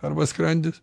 arba skrandis